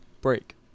break